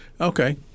Okay